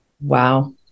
Wow